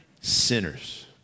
sinners